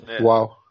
Wow